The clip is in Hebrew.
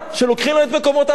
שלוקחים להם את מקומות העבודה,